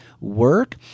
work